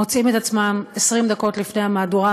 שמוצאים את עצמם 20 דקות לפני המהדורה,